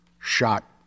shot